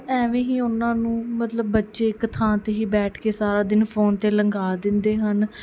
ਇਵੇਂ ਹੀ ਉਹਨਾਂ ਨੂੰ ਮਤਲਬ ਬੱਚੇ ਇੱਕ ਥਾਂ 'ਤੇ ਹੀ ਬੈਠ ਕੇ ਸਾਰਾ ਦਿਨ ਫੋਨ 'ਤੇ ਲੰਘਾ ਦਿੰਦੇ ਹਨ